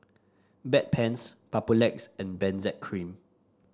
Bedpans Papulex and Benzac Cream